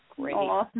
great